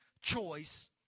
choice